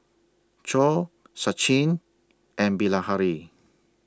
Choor Sachin and Bilahari